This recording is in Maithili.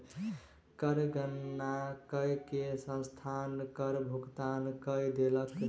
कर गणना कय के संस्थान कर भुगतान कय देलक